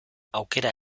aukera